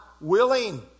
willing